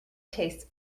tastes